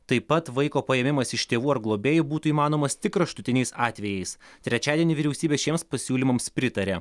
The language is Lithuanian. taip pat vaiko paėmimas iš tėvų ar globėjai būtų įmanomas tik kraštutiniais atvejais trečiadienį vyriausybė šiems pasiūlymams pritarė